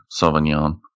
Sauvignon